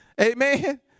Amen